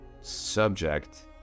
subject